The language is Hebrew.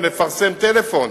גם לפרסם טלפון